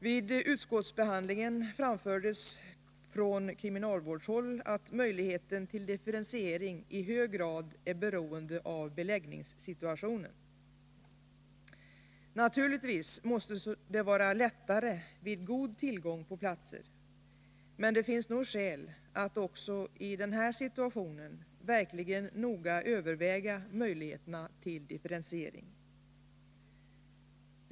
Vid utskottsbehandlingen framfördes från kriminalvårdshåll att möjligheten till differentiering i hög grad är beroende av beläggningssituationen. Naturligtvis måste det vara lättare vid god tillgång på platser, men det finns säkerligen skäl att också i denna situation verkligen noga överväga möjligheterna till differentiering.